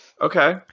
Okay